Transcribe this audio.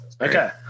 okay